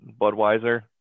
Budweiser